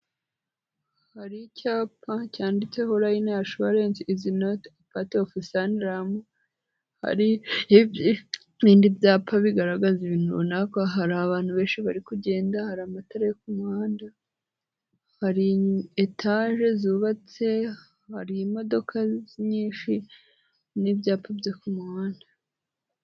Hari icyapa cyanditseho lion assurance is now part of sanlam, hari n'ibindi byapa bigaragaza ibintu runaka, hari abantu benshi bari kugenda, hari amatara yo ku muhanda, hari etage zubatse, hari imodoka nyinshi n'ibyapa byo ku muhanda.